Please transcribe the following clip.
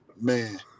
man